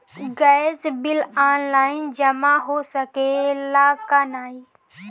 Gas bill online जमा हो सकेला का नाहीं?